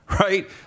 right